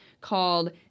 called